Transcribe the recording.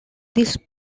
this